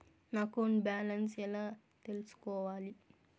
నా account balance ఎలా తెల్సుకోవాలి